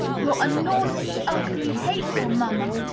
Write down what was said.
you're a naughty, ugly, hateful mamma!